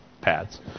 pads